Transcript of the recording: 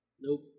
Nope